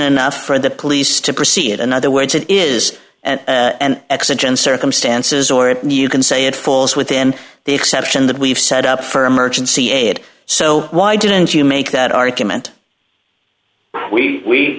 enough for the police to proceed in other words it is an exigent circumstances or you can say it falls within the exception that we've set up for emergency aid so why didn't you make that argument we